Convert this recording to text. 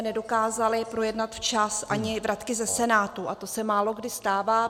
Nedokázali jsme projednat včas ani vratky ze Senátu, a to se málokdy stává.